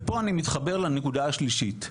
ופה אני מתחבר גם לנקודה השלישית,